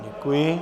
Děkuji.